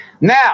Now